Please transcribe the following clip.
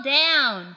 down